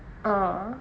ah